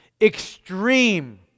Extreme